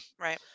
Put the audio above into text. right